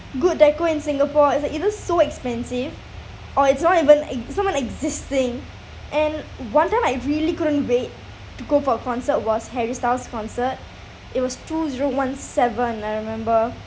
good deco in singapore it's like either so expensive or it's not even ex~ not even existing and one time I really couldn't wait to go for a concert was harry styles concert it was two zero one seven I remember